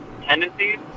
tendencies